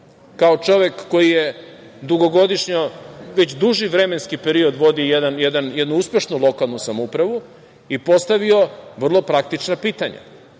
kao čovek koji već duži vremenski period vodi jednu uspešnu lokalnu samoupravu i postavio vrlo praktična pitanja